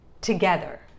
together